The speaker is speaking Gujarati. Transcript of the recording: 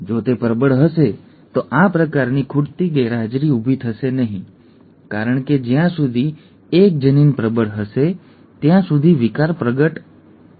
જો તે પ્રબળ હશે તો આ પ્રકારની ખૂટતી ગેરહાજરી ઊભી થશે નહીં કારણ કે જ્યાં સુધી એક જનીન પ્રબળ હશે ત્યાં સુધી વિકાર પ્રગટ થશે